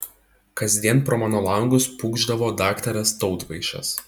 kasdien pro mano langus pūkšdavo daktaras tautvaišas